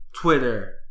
Twitter